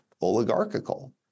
oligarchical